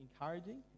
encouraging